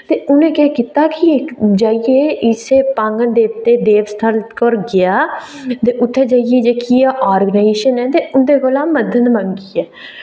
ते उ'नें केह् कीता की इस्सै पागङ देवता दे स्थल पर जाइयै उत्थै जाइयै जेह्की एह् आर्गनािजेशन ऐ उं'दे कोला मदद मंगी ऐ